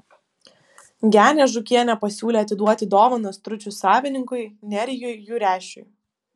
genė žūkienė pasiūlė atiduoti dovaną stručių savininkui nerijui jurešiui